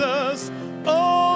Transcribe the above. Jesus